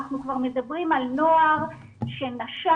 אנחנו כבר מדברים על נוער שנשר,